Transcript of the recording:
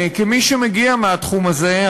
כמי שמגיע מהתחום הזה,